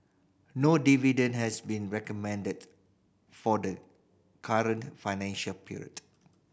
no dividend has been recommended for the current financial period